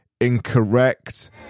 incorrect